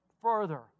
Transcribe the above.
further